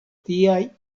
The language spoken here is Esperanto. tiaj